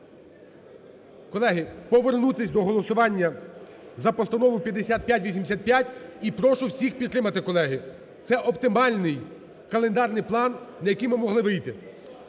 колеги, повернутись до голосування за Постанову 5585 і прошу всіх підтримати, колеги. Це оптимальний календарний план, на який ми могли вийти.